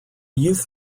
youth